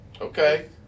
Okay